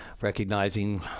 recognizing